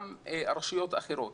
גם רשויות אחרות.